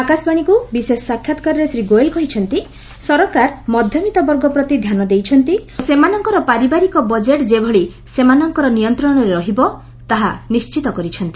ଆକାଶବାଣୀକୁ ଏକ ବିଶେଷ ସାକ୍ଷାତକାରରେ ଶ୍ରୀ ଗୋଏଲ୍ କହିଛନ୍ତି ସରକାର ମଧ୍ୟମିତ୍ତ ବର୍ଗପ୍ରତି ଧ୍ୟାନ ଦେଇଛନ୍ତି ଓ ସେମାନଙ୍କର ପାରିବାରିକ ବଜେଟ୍ ଯେଭଳି ସେମାନଙ୍କର ନିୟନ୍ତ୍ରଣରେ ରହିବ ତାହା ନିଶ୍ଚିତ କରିଛନ୍ତି